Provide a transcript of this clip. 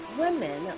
women